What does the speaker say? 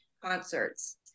concerts